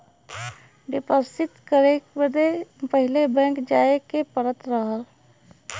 deposit करे बदे पहिले बैंक जाए के पड़त रहल